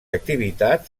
activitats